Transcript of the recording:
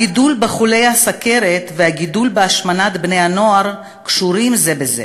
הגידול במספר חולי הסוכרת והגידול בהשמנת בני-הנוער קשורים זה בזה.